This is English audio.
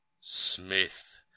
Smith